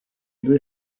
due